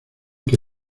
que